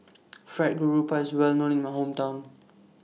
Fried Garoupa IS Well known in My Hometown